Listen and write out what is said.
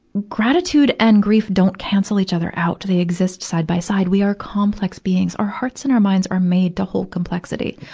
gratitude and grief don't cancel each other out. they exist side by side. we care complex beings. our hearts and our minds are made to hold complexity.